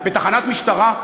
בתחנת משטרה,